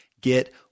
get